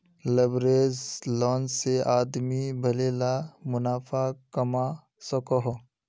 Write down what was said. leveraged loan से आदमी भले ला मुनाफ़ा कमवा सकोहो